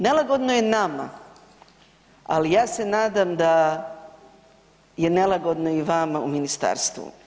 Nelagodno je nama, ali ja se nadam da je nelagodno i vama u ministarstvu.